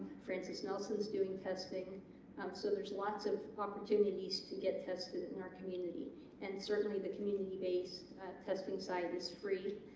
francis nelson's doing testing um so there's lots of opportunities to get tested in our community and certainly the community based testing site is free,